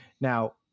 Now